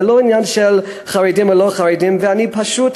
זה לא עניין של חרדים או לא חרדים, ואני פשוט,